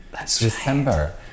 December